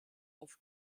auf